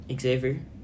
Xavier